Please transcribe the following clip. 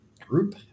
group